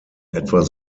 etwa